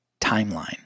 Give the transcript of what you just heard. timeline